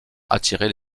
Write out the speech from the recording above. attirer